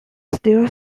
still